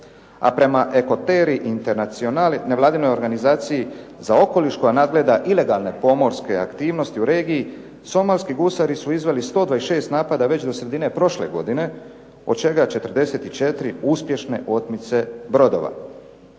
internationale nevladinoj organizaciji za okoliš koja nadgleda ilegalne pomorske aktivnosti u regiji somalski gusari su izveli 126 napada već do sredine prošle godine od čega 44 uspješne otmice brodova.